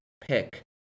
pick